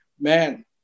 man